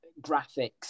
graphics